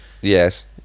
yes